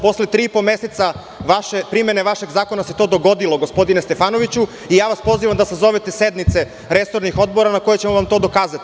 Posle tri i po meseca primene vašeg zakona se to dogodilo, gospodine Stefanoviću, i ja vas pozivam da sazovete sednice resornih odbora na kojima ćemo vam to dokazati.